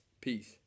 Peace